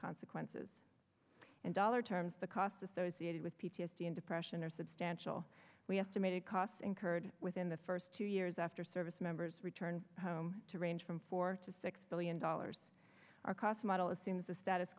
consequences in dollar terms the costs associated with p t s d and depression are substantial we estimated costs incurred within the first two years after service members return home to range from four to six billion dollars our cost model assumes the status